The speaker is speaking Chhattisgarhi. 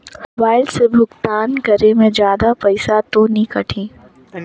मोबाइल से भुगतान करे मे जादा पईसा तो नि कटही?